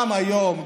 גם היום,